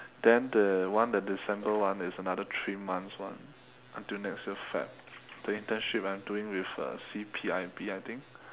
then the one the december one is another three months [one] until next year feb the internship that I'm doing with uh C_P_I_B I think